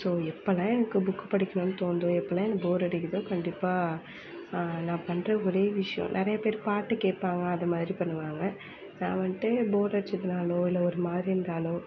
so எப்போலாம் எனக்கு book படிக்கணும் தோணுது எப்போலாம் எனக்கு போர் அடிக்கிறதோ கண்டிப்பாக நான் பண்ணுற ஒரே விஷயம் நிறைய பேர் பாட்டு கேட்பாங்க அதை மாதிரி பண்ணுவாங்க நான் வன்ட்டு போர் அடித்ததுனாலோ இல்லை ஒரு மாதிரி இருந்தாலோ